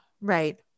Right